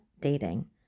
dating